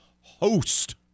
host